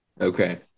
Okay